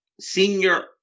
senior